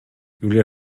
julia